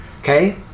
okay